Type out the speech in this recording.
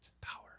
Power